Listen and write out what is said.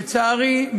לצערי,